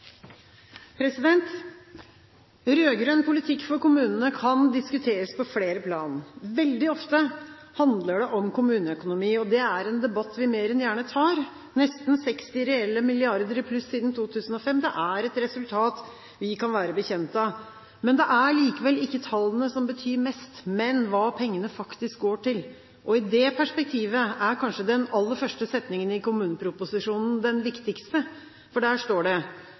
med. Rød-grønn politikk for kommunene kan diskuteres på flere plan. Veldig ofte handler det om kommuneøkonomi. Det er en debatt vi mer enn gjerne tar. Nesten 60 reelle milliarder i pluss siden 2005 er et resultat vi kan være bekjent av. Det er likevel ikke tallene som betyr mest, men hva pengene faktisk går til. I det perspektivet er kanskje den aller første setningen i kommuneproposisjonen den viktigste. Der står det: